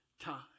time